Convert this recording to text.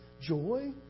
joy